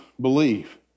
believe